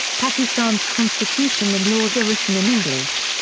pakistan's constitution and laws are written in english.